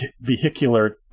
vehicular